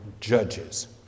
Judges